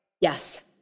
Yes